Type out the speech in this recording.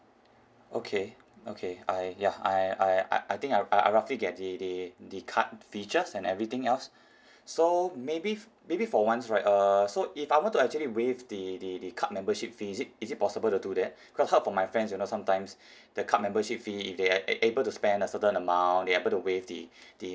okay okay I ya I I I think I I roughly get the the the card features and everything else so maybe maybe for once right err so if I want to actually waive the the the card membership fee is it is it possible to do that because I heard from my friends you know sometimes the card membership fee if they are a~ able to spend a certain amount they are able to waive the the